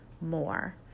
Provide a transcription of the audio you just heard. more